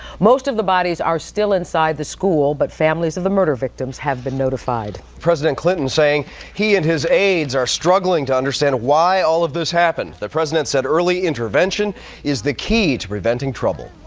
most of the bodies are still inside the school but families of the murder victims have been notified. president clinton saying he and his aides are struggling to understand why all of this happened. the president said early intervention is the key to preventing trouble.